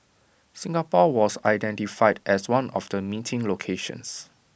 Singapore was identified as one of the meeting locations